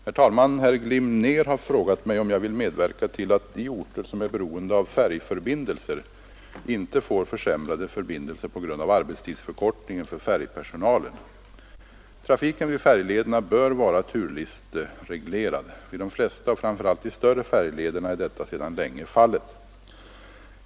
Herr talman! Herr Glimnér har frågat mig om jag vill medverka till att de orter som är beroende av färjförbindelser inte får försämrade förbindelser på grund av arbetstidsförkortningen för färjpersonalen. Trafiken vid färjlederna bör vara turlistereglerad. Vid de flesta och framför allt de större färjlederna är detta sedan länge fallet.